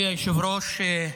מכובדי היושב-ראש,